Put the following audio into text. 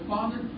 Father